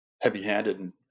heavy-handed